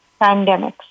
pandemics